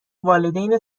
والدین